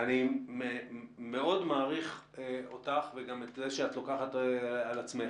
אני מאוד מעריך אותך וגם את זה שאת לוקחת על עצמך.